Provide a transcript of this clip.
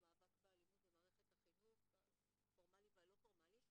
למאבק באלימות במערכת החינוך הפורמלי והלא-פורמלי.